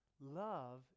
Love